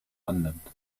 annimmt